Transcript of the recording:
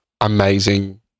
amazing